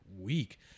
week